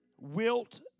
wilt